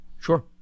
Sure